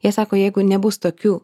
jie sako jeigu nebus tokių